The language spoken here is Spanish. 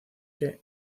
que